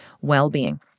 well-being